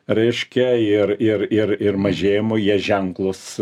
reiškia ir ir ir ir mažėjimo jie ženklūs